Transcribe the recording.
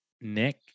Nick